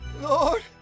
Lord